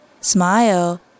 smile